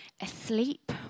asleep